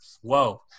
whoa